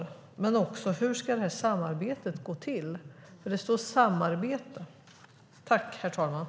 Jag skulle också vilja veta hur samarbetet ska gå till, för arbetsmarknadsministern talar ju om samarbete.